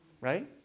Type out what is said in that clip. Right